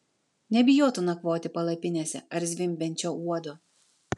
nebijotų nakvoti palapinėse ar zvimbiančio uodo